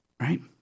Right